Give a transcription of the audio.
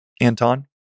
Anton